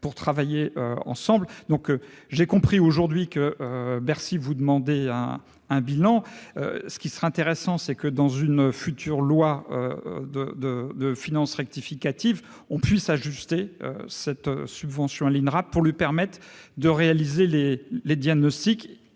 pour travailler ensemble, donc j'ai compris aujourd'hui que Bercy, vous demandez à un bilan, ce qui serait intéressant, c'est que dans une future loi de, de, de finances rectificative on puisse ajuster cette subvention à l'Inrap pour lui permettre de réaliser les les diagnostics